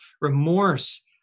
remorse